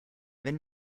wenn